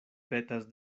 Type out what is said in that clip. petas